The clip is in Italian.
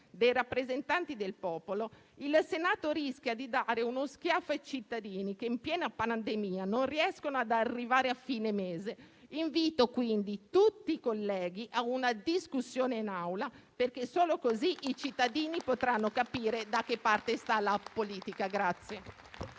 dei rappresentanti del popolo, il Senato rischia di dare uno schiaffo ai cittadini che in piena pandemia non riescono ad arrivare a fine mese. Invito quindi tutti i colleghi a una discussione in Aula, perché solo così i cittadini potranno capire da che parte sta la politica.